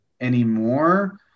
anymore